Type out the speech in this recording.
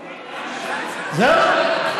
זהו?